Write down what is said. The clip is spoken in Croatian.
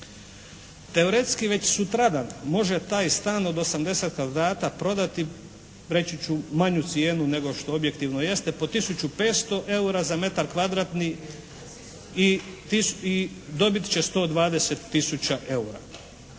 Teoretski već sutradan može taj stan od 80 kvadrata prodati reći ću manju cijenu nego što objektivno jeste po 1500 eura za metar kvadratni i dobit će 120 000 eura.